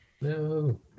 No